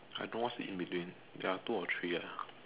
I know what's in between there're two or three ah